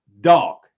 dog